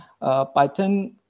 Python